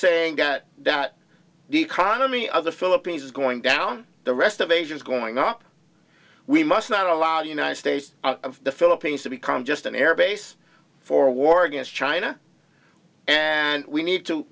saying got that the economy of the philippines is going down the rest of asia is going up we must not allow the united states of the philippines to become just an airbase for war against china and we need to